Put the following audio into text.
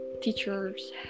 teachers